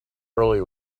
early